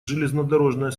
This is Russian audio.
железнодорожная